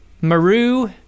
Maru